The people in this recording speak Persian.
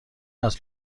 است